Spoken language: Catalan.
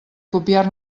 copiar